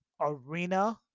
Arena